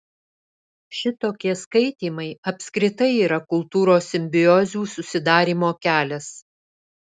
šitokie skaitymai apskritai yra kultūros simbiozių susidarymo kelias